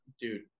dude